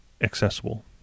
accessible